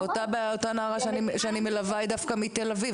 אותה נערה שאני מלווה היא מתל-אביב,